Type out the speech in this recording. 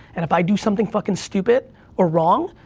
and if i do something fucking stupid or wrong,